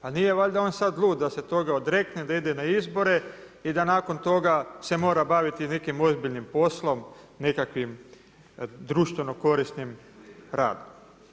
Pa nije valjda on sad lud, da se toga odrekne, da ide na izbore i da nakon toga se mora baviti nekim ozbiljnim poslom, nekakvim društvenim korisnim radom.